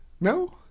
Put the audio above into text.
no